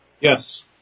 Yes